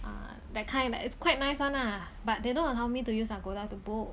ah that kind it's quite nice one lah but they don't allow me to use Agoda to book